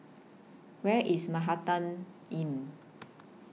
Where IS Manhattan Inn